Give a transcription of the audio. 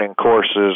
courses